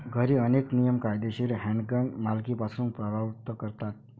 घरी, अनेक नियम कायदेशीर हँडगन मालकीपासून परावृत्त करतात